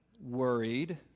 worried